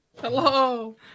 hello